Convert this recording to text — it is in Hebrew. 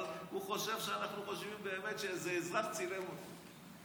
הוא חושב שאנחנו באמת חושבים שאיזה אזרח צילם אותו.